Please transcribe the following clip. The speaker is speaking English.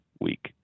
week